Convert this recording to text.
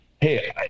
Hey